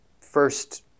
first